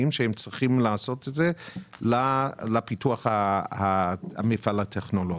שהם צריכים לעשות את זה לפיתוח המפעל הטכנולוגי.